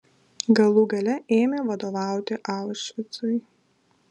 galų gale ėmė vadovauti aušvicui